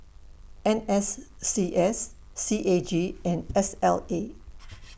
N S C S C A G and S L A